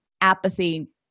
apathy